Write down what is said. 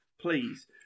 please